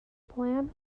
plan